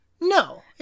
No